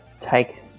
take